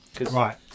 Right